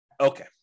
Okay